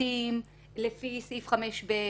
המשפטים לסעיף 5(ב),